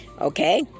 Okay